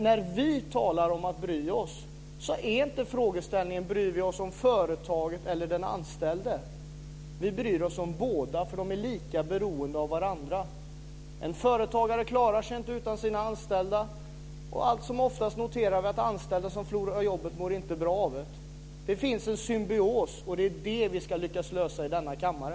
När vi talar om att bry oss så gäller inte frågeställningen om vi bryr oss om företaget eller den anställde. Vi bryr oss om båda, för de är lika beroende av varandra. En företagare klarar sig inte utan sina anställda, och allt som oftast noterar vi att anställda som förlorar jobbet inte mår bra av det. Det finns en symbios. Det är det här vi ska lyckas lösa i denna kammare.